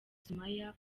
sumaya